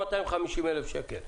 250,000 שקל.